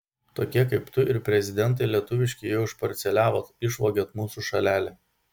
tokie kaip tu ir prezidentai lietuviški jau išparceliavot išvogėt mūsų šalelę